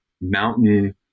mountain